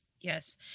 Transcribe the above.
Yes